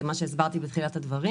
זה מה שהסברתי בתחילת הדברים.